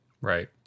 Right